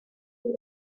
that